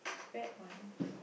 fat one